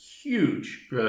huge